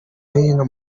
hino